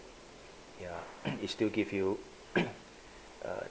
ya it still give you err